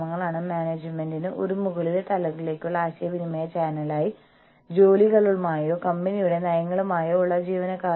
സംഘടനയ്ക്കെതിരെ നീങ്ങേണ്ടി വരില്ല അല്ലെങ്കിൽ അവരുടെ ആവശ്യങ്ങൾക്കായി വാദിക്കാൻ ഒരു കൂട്ടായ ബോഡിയായി സംഘടനയിലേക്ക് പോകേണ്ടി വരില്ല